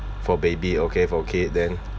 for baby okay for kid then